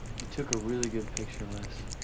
you took a really good picture, les.